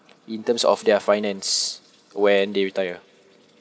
in terms of their finance when they retire